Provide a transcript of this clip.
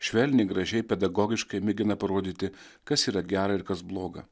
švelniai gražiai pedagogiškai mėgina parodyti kas yra gera ir kas bloga